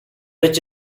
rich